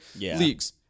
leagues